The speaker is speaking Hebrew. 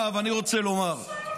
למה כל הזמן, מי שואל אותך בכלל,